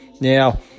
Now